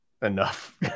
enough